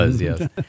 yes